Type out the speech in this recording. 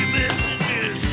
messages